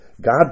God